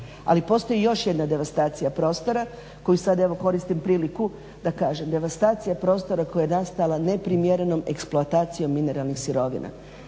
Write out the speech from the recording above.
ali postoji još jedna devastacija prostora koju sad evo koristim priliku da kažem devastacija prostora koja je nastala neprimjerenom eksploatacijom mineralnih sirovina.